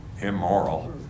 immoral